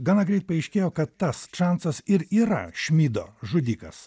gana greit paaiškėjo kad tas čansas ir yra šmido žudikas